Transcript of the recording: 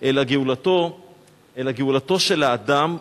אלא גאולתו של האדם,